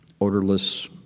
odorless